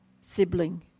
sibling